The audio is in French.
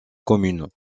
communes